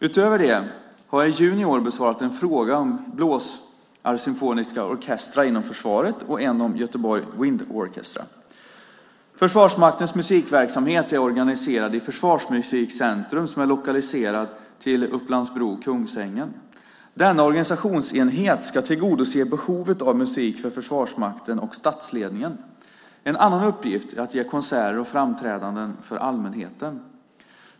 Utöver detta har jag i juni i år besvarat en fråga om blåsarsymfoniska orkestrar inom försvaret och en om Göteborg Wind Orchestra . Försvarsmaktens musikverksamhet är organiserad i Försvarsmusikcentrum, som är lokaliserat till Upplands-Bro/Kungsängen. Denna organisationsenhet ska tillgodose behovet av musik för Försvarsmakten och statsledningen. En annan uppgift är att ge konserter och framträdanden för allmänheten.